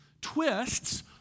twists